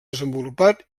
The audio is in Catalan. desenvolupat